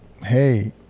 hey